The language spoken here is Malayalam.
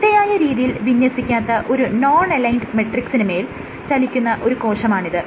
ചിട്ടയായ രീതിയിൽ വിന്യസിക്കാത്ത ഒരു നോൺ അലൈൻഡ് മെട്രിക്സിന് മേൽ ചലിക്കുന്ന ഒരു കോശമാണിത്